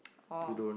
orh